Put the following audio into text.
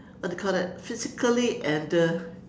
what do you call that physically and uh